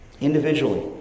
Individually